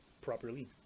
properly